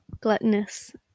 gluttonous